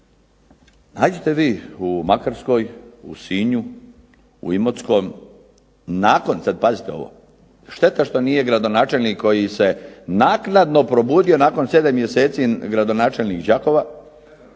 Nađite vi u Makarskoj, u Sinju, u Imotskom .../Govornik se ne razumije./... pazite sad ovo šteta što nije gradonačelnik koji se naknadno probudio nakon 7 mjeseci gradonačelnik Đakova,